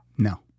No